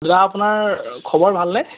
দাদা আপোনাৰ খবৰ ভালনে